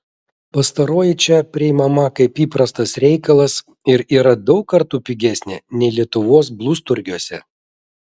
pastaroji čia priimama kaip įprastas reikalas ir yra daug kartų pigesnė nei lietuvos blusturgiuose